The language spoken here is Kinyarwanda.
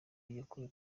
yakuwe